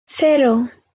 cero